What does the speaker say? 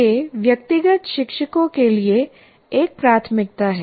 यह व्यक्तिगत शिक्षकों के लिए एक प्राथमिकता है